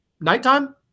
nighttime